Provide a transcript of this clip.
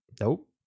Nope